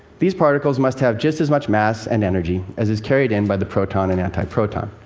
these particles must have just as much mass and energy as is carried in by the proton and antiproton.